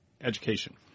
education